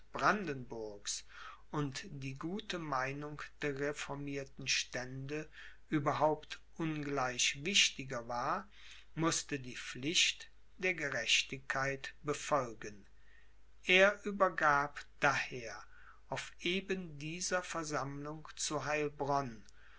und die gute meinung der reformierten stände überhaupt ungleich wichtiger war mußte die pflicht der gerechtigkeit befolgen er übergab daher auf eben dieser versammlung zu